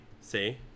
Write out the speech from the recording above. see